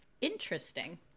Interesting